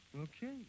Okay